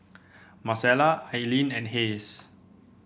Marcela Aileen and Hays